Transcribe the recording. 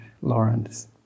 Lawrence